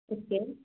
okay